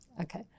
okay